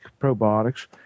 probiotics